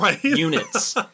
units